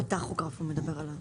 הוא מדבר על הטכוגרף.